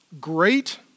Great